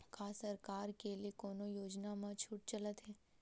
का सरकार के ले कोनो योजना म छुट चलत हे?